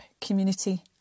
community